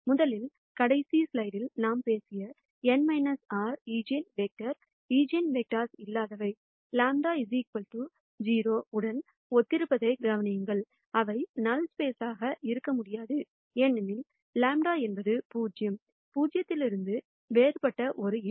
முதலில் கடைசி ஸ்லைடில் நாம் பேசிய n r ஈஜென்வெக்டர்கள் ஈஜென்வெக்டர்இல்லாதவை λ 0 உடன் ஒத்திருப்பதைக் கவனியுங்கள் அவை நல் ஸ்பேஸ் இருக்க முடியாது ஏனெனில் λ என்பது 0 இலிருந்து வேறுபட்ட ஒரு எண்